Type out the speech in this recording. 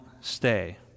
stay